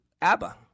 Abba